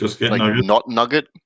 not-nugget